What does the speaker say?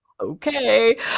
okay